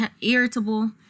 irritable